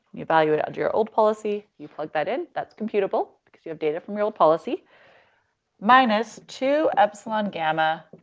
you evaluate under your old policy, you plug that in, that's computable because you have data from your old policy minus two epsilon gamma,